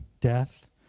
death